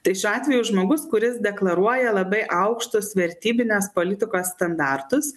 tai šiuo atveju žmogus kuris deklaruoja labai aukštus vertybinės politikos standartus